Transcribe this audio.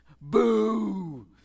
Boo